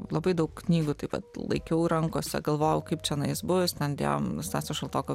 labai daug knygų taip pat laikiau rankose galvojau kaip čionais bus ten dėjom stasio šaltoko